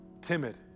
timid